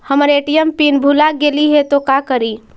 हमर ATM PIN भूला गेली हे, तो का करि?